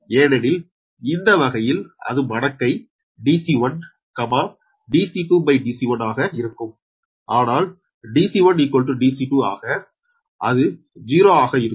ஏனெனில் அந்த வகையில் அது மடக்கை Dc1 Dc2 Dc1 ஆக இருக்கும் ஆனால் Dc1 Dc2 ஆக அது 0 ஆக இருக்கும்